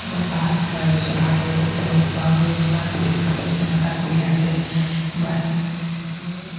ভাল বায়ু চফা কৰিব পৰাকৈ যিমান পৰিষ্কাৰ পৰিচ্ছন্নতা কৰি ৰাখে বা সিমান সোনকালে